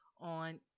on